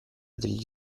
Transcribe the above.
degli